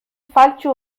faltsu